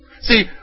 See